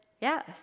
yes